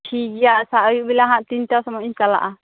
ᱴᱷᱤᱠ ᱜᱮᱭᱟ ᱟᱪᱷᱟ ᱟᱹᱭᱩᱵᱽ ᱵᱮᱲᱟ ᱦᱟᱸᱜ ᱛᱤᱱᱴᱟ ᱥᱚᱢᱳᱭ ᱤᱧ ᱪᱟᱞᱟᱜᱼᱟ